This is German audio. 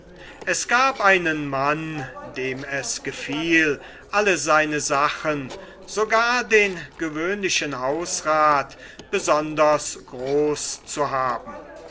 es gab einen mann dem es gefiel alle seine sachen sogar den gewöhnlichen hausrath besonders groß zu haben